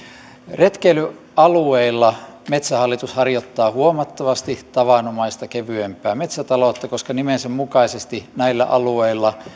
retkeilyalueilla metsähallitus harjoittaa huomattavasti tavanomaista kevyempää metsätaloutta koska nimensä mukaisesti näillä alueilla